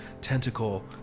tentacle